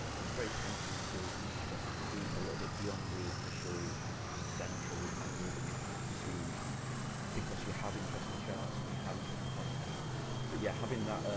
it's very tempting to, i guess creep a little bit beyond the initial central angle that you've pursued because you have interesting charts and you have interesting content but yeah having that,